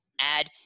add